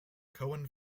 cowan